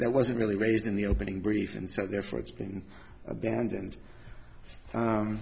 that wasn't really raised in the opening brief and so therefore it's been abandoned